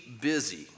Busy